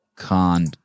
Con